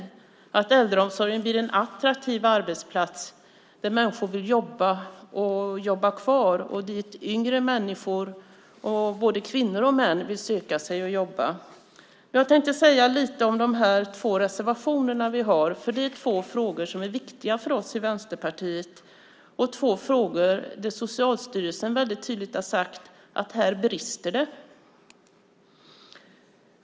Det handlar om att äldreomsorgen blir en attraktiv arbetsplats där människor vill jobba och jobba kvar och dit yngre människor, både kvinnor och män, vill söka sig och jobba. Jag tänkte säga lite om de två reservationer vi har. Det gäller två frågor som är viktiga för oss i Vänsterpartiet och där Socialstyrelsen väldigt tydligt har sagt att det brister.